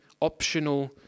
optional